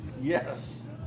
Yes